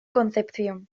concepción